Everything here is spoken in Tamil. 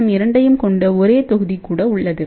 எம் இரண்டையும் கொண்ட ஒரே தொகுதி கூட உள்ளது